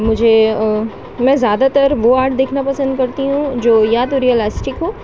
مجھے میں زیادہ تر وہ آرٹ دیکھنا پسند کرتی ہوں جو یا تو ریئلسٹک ہو